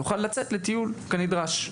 יוכל לצאת לטיול כנדרש?